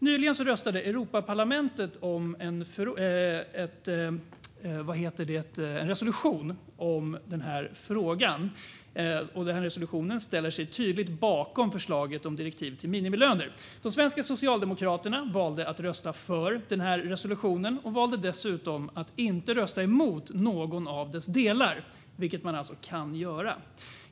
Nyligen röstade EU-parlamentet om en resolution om den här frågan. Resolutionen ställer sig tydligt bakom förslaget om direktiv för minimilöner. De svenska socialdemokraterna valde att rösta för den här resolutionen. De valde dessutom att inte rösta mot någon av dess delar, vilket man kan göra.